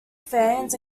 fans